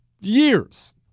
years